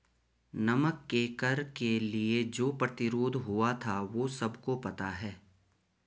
नमक के कर के लिए जो प्रतिरोध हुआ था वो सबको पता है